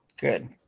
Good